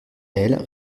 elle